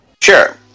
Sure